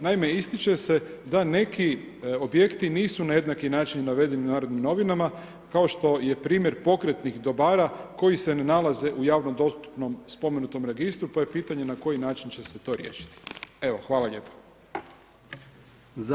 Naime, ističe se da neki objekti nisu na jednaki način navedeni u Narodnim novinama kao što je primjer pokretnih dobara koji se ne nalaze u javnom dostupnom spomenutom registru pa je pitanje na koji način će se to riješiti, evo hvala lijepo.